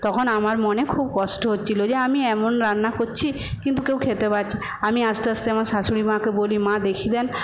তখন আমার মনে খুব কষ্ট হচ্ছিল যে আমি এমন রান্না করছি কিন্তু কেউ খেতে পারছে আমি আস্তে আস্তে আমার শাশুড়ি মাকে বলি মা দেখিয়ে দেন